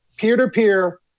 Peer-to-peer